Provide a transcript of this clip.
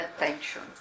attention